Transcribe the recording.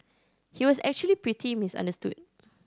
he was actually pretty misunderstood